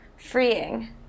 freeing